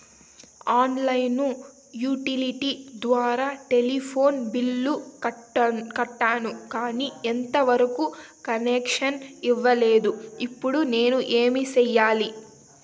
On line utility ద్వారా telephone bill కట్టాను, కానీ ఎంత వరకు కనెక్షన్ ఇవ్వలేదు, ఇప్పుడు నేను ఏమి సెయ్యాలి?